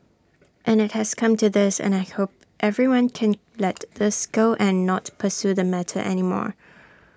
and IT has come to this and I hope everyone can let this go and not pursue the matter anymore